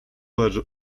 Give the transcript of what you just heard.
leży